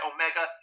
Omega